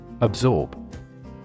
Absorb